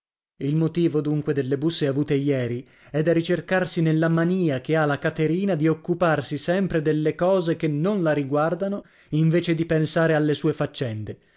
il motivo dunque delle busse avute ieri è da ricercarsi nella manìa che ha la caterina di occuparsi sempre delle cose che non la riguardano invece di pensare alle sue faccende